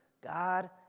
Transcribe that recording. God